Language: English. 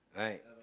right